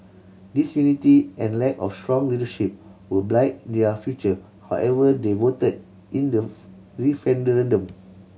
disunity and lack of strong leadership will blight their future however they voted in the referendum